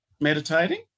Meditating